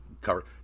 cover